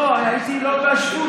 לא, הייתי לא בשוונג.